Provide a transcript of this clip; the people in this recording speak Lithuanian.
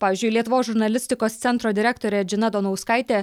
pavyzdžiui lietuvos žurnalistikos centro direktorė džina donauskaitė